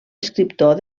escriptor